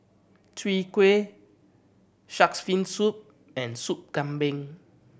Chwee Kueh Shark's Fin Soup and Soup Kambing